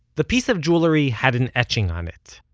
the piece of jewelry had an etching on it,